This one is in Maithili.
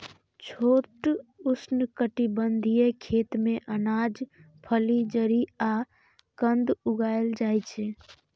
छोट उष्णकटिबंधीय खेत मे अनाज, फली, जड़ि आ कंद उगाएल जाइ छै